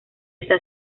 esta